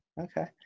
okay